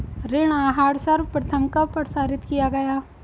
ऋण आहार सर्वप्रथम कब प्रसारित किया गया?